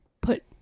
put